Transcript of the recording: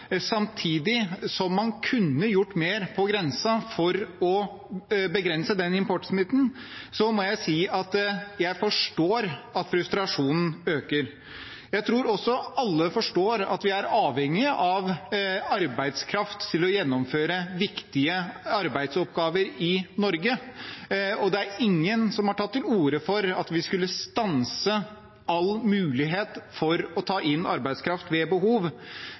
samtidig som man kunne gjort mer på grensen for å begrense importsmitten, må jeg si jeg forstår at frustrasjonen øker. Jeg tror også alle forstår at vi er avhengig av arbeidskraft for å gjennomføre viktige arbeidsoppgaver i Norge. Det er ingen som har tatt til orde for at vi skulle stanse all mulighet for å ta inn arbeidskraft ved behov,